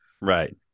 right